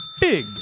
Big